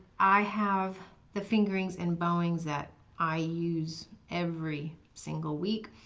i have the fingerings and bowings that i use every single week.